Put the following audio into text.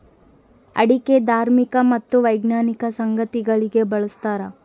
ಅಡಿಕೆ ಧಾರ್ಮಿಕ ಮತ್ತು ವೈಜ್ಞಾನಿಕ ಸಂಗತಿಗಳಿಗೆ ಬಳಸ್ತಾರ